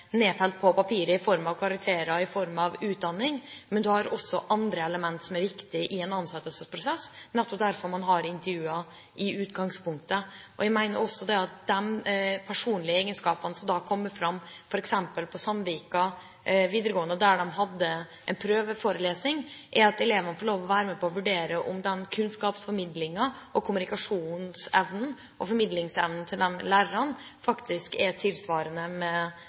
nedfelt på papiret i form av utdanning og karakterer. Men du har også andre elementer som er viktige i en ansettelsesprosess. Det er nettopp derfor man i utgangspunktet har intervjuer. Når det gjelder de personlige egenskapene som da kommer fram: På Sandvika videregående hadde de en prøveforelesning der elevene fikk være med og vurdere om den kunnskapsformidlingen, kommunikasjonsevnen og formidlingsevnene til disse lærerne tilsvarte de kravene og kvalitetene de var ute etter i sin lærer. Videre: Vi skal selvfølgelig beskytte jobbsøkere. Det er